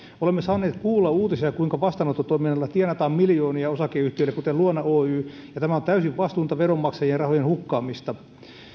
olemme saaneet kuulla uutisia kuinka vastaanottotoiminnalla tienataan miljoonia osakeyhtiöillä kuten luona oy ja tämä on täysin vastuutonta veronmaksajien rahojen hukkaamista